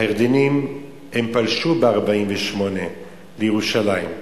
הירדנים פלשו ב-1948 לירושלים,